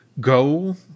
go